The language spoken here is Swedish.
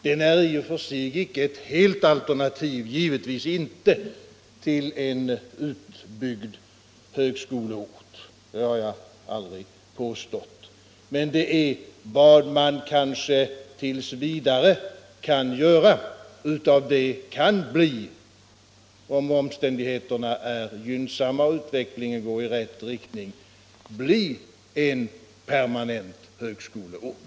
Den är givetvis icke i och för sig ett helt alternativ till en utbyggd högskoleort — det har jag heller aldrig påstått —- men detta är vad man kanske tills vidare kan göra av det som, om omständigheterna är gynnsamma och utvecklingen går i rätt riktning, kan bli en permanent högskoleort.